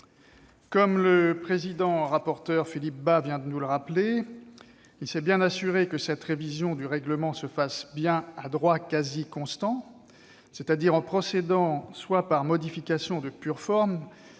Comme le président-rapporteur Philippe Bas vient de nous le rappeler, il « s'est [...] assuré que cette révision du règlement se fasse bien [...] à droit " quasi constant ", c'est-à-dire en procédant soit par modifications de pure forme